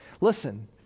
Listen